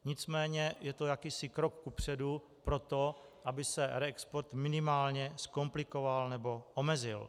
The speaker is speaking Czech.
Nicméně je to jakýsi krok kupředu pro to, aby se reexport minimálně zkomplikoval nebo omezil.